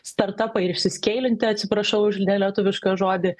startapai ir išsiskeilinti atsiprašau už nelietuvišką žodį